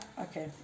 okay